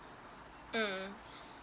mm